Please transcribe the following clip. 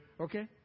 Okay